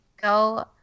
go